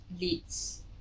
leads